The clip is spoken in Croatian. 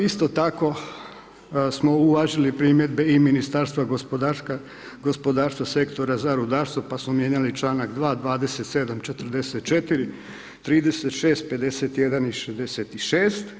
Isto tako smo uvažili i primjedbe i Ministarstva gospodarstva, Sektora za rudarstvo pa smo mijenjali članak 2., 27., 44., 36., 51. i 66.